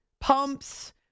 pumps